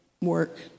work